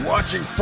Watching